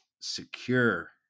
secure